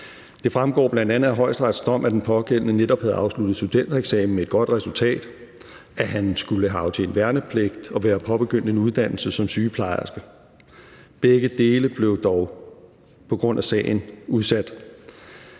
Det fremgår bl.a. af Højesterets dom, at den pågældende netop havde afsluttet studentereksamen med et godt resultat, at han skulle have aftjent værnepligt og være påbegyndt en uddannelse som sygeplejerske. Begge dele blev dog på grund af sagen udsat.